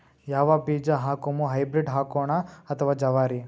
ಯಾವ ಬೀಜ ಹಾಕುಮ, ಹೈಬ್ರಿಡ್ ಹಾಕೋಣ ಅಥವಾ ಜವಾರಿ?